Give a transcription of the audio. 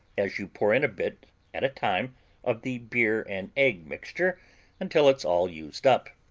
as you pour in a bit at a time of the beer-and-egg mixture until it's all used up.